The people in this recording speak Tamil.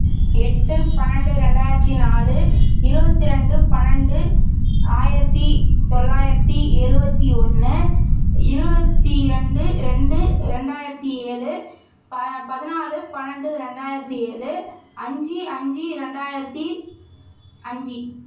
எட்டு பன்னெண்டு ரெண்டாயிரத்தி நாலு இருபத்தி ரெண்டு பன்னெண்டு ஆயிரத்தி தொள்ளாயிரத்தி எழுபத்தி ஒன்று இருபத்தி ரெண்டு ரெண்டு ரெண்டாயிரத்தி ஏழு ப பதினாலு பன்னெண்டு ரெண்டாயிரத்தி ஏழு அஞ்சு அஞ்சு ரெண்டாயிரத்தி அஞ்சு